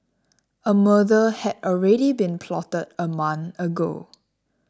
a murder had already been plotted a month ago